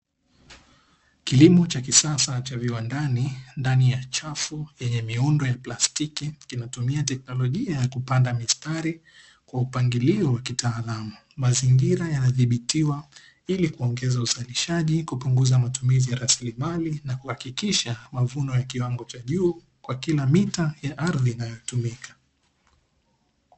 Kilimo cha kisasa cha viwandani ndani ya chafu yenye miundo ya plastiki, kinatumia teknolojia ya kupanda mistari kwa upangilio wa kitaalamu, mazingira yanadhibitiwa ili kuongeza uzalishaji, kupunguza matumizi ya rasilimali, na kuhakikisha mavuno ya kiwango cha juu kwa kina mita ya ardhi inayotumika.